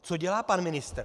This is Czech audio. Co dělá pan ministr?